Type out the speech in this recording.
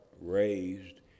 raised